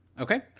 Okay